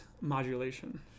modulation